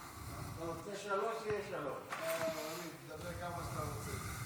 אני רוצה להתייחס לסוגיה של הזכאות לבני מקום שעלתה מהצהרותיו של שר